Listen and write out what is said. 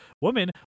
woman